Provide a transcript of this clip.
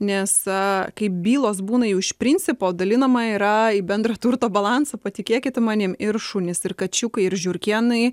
nes kai bylos būna jau iš principo dalinama yra į bendro turto balansą patikėkit manim ir šunys ir kačiukai ir žiurkėnai